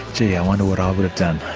gee, i wonder what i would have done.